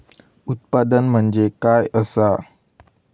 उत्पादन म्हणजे काय असा?